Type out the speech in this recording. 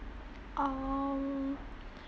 um